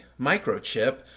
microchip